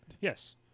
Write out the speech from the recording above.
Yes